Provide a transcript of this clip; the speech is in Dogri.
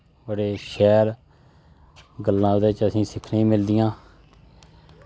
माल न बड़े शैल गल्लां ओह्दे च असें सिक्खने मिलदियां